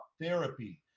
therapy